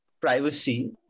privacy